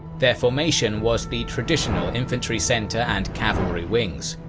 their formation was the traditional infantry center and cavalry wings.